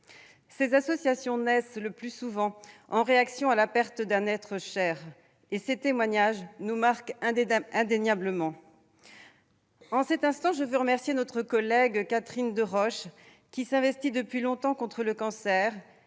Ces associations naissent, le plus souvent, en réaction à la perte d'un être cher, et ces témoignages nous marquent indéniablement. En cet instant, je veux remercier notre collègue Catherine Deroche, qui s'investit depuis longtemps dans la lutte